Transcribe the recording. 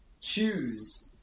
choose